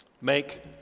make